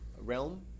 realm